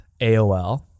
AOL